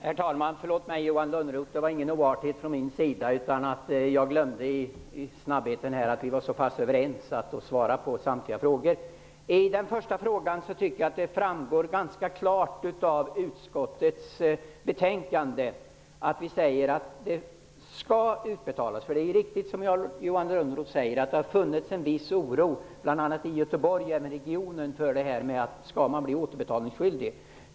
Herr talman! Förlåt mig, Johan Lönnroth. Det var ingen oartighet från min sida. Jag glömde att svara på samtliga frågor. Jag tycker att det framgår ganska klart av utskottets betänkande att pengarna skall utbetalas. Det är riktigt som Johan Lönnroth säger, att det har funnits en viss oro både i Göteborg och i regionen för att man skulle bli återbetalningsskyldig.